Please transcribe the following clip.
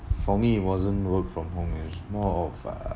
for me it wasn't work from home it's more of uh